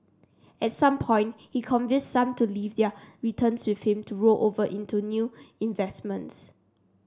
at some point he convinced some to leave their returns with him to roll over into new investments